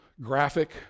graphic